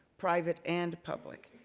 private and public,